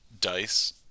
dice